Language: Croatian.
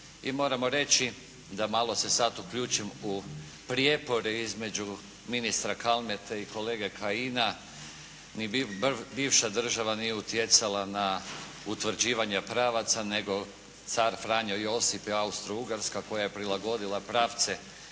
i moramo reći da malo se sad uključim u prijepore između ministra Kalmete i kolege Kajina bivša država nije utjecala na utvrđivanje pravaca nego car Franjo Josip i Austro-Ugarska koja je prilagodila pravce